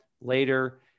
later